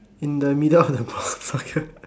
in the middle of the